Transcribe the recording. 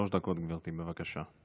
שלוש דקות, גברתי, בבקשה.